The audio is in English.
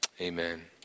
Amen